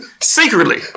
Secretly